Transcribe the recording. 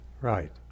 Right